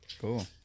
cool